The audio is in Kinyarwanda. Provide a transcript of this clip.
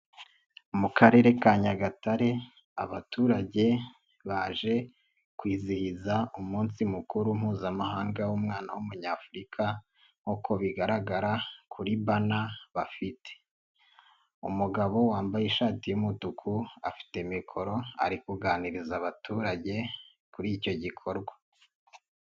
Mu karere ka Nyagatare abaturage baje kwizihiza umunsi mukuru mpuzamahanga w'umwana w'umunyafurika, nk'uko bigaragara kuri bano bafite, umugabo wambaye ishati y'umutuku afite mikoro ari kuganiriza abaturage kuri icyo gikorwa.